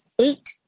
eight